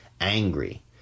angry